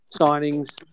signings